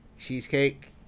cheesecake